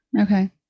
Okay